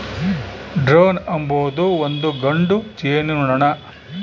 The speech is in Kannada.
ಡ್ರೋನ್ ಅಂಬೊದು ಒಂದು ಗಂಡು ಜೇನುನೊಣ